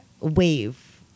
wave